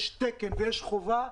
יש תקן ויש חובה,